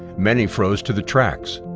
many froze to the tracks,